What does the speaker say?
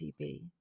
TB